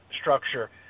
structure